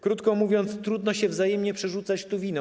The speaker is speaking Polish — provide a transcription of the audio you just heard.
Krótko mówiąc, trudno się wzajemnie przerzucać winą.